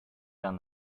down